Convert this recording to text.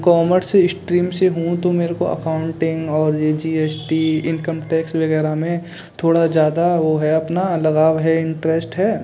commerce stream से हूँ तो मेरे को अकाउंटिंग और यह G S T income tax वग़ैरह में थोड़ा ज़्यादा वह है अपना लगाव है इंट्रस्ट है